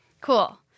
Cool